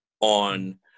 on